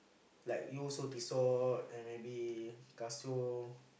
like you also Tissot and maybe Casio